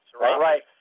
Right